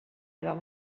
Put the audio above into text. نگاه